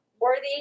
Worthy